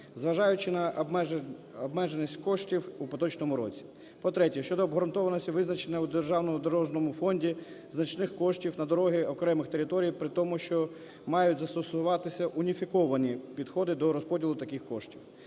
зважаючи на обмеженість коштів у поточному році. По-третє, щодо обґрунтованості визначення у державному дорожньому фонді значних коштів на дороги окремих територій, при тому, що мають застосовуватися уніфіковані підходи до розподілу таких коштів.